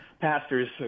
pastors